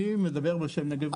אני מדבר בשם נגב דרום.